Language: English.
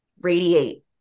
radiate